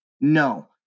No